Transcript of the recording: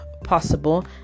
possible